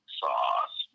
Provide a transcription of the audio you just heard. sauce